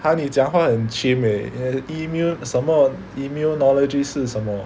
!huh! 你讲话很 chim eh email 什么 immunology 是什么